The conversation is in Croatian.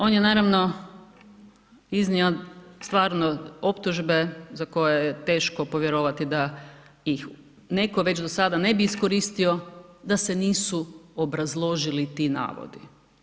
On je naravno iznio stvarno optužbe za koje je teško povjerovati da ih netko već do sada ne bi iskoristio da se nisu obrazložili ti navodi.